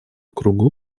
кругу